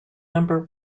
number